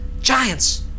giants